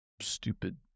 stupid